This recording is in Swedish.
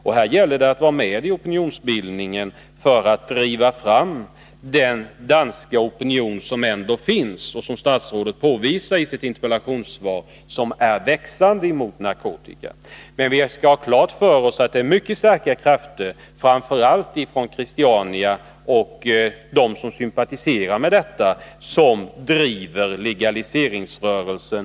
Och här gäller det att vara med i opinionsbildningen, för att driva fram den danska opinionen mot narkotika — en opinion som ändå finns och som, vilket statsrådet påvisar i sitt interpellationssvar, är växande. Men vi skall ha klart för oss att det är mycket starka krafter, framför allt inom Christiania och bland dess sympatisörer, som driver legaliseringsrörelsen.